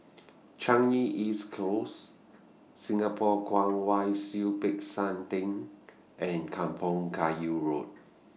Changi East Close Singapore Kwong Wai Siew Peck San Theng and Kampong Kayu Road